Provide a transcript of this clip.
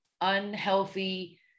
unhealthy